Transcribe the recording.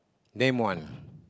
name one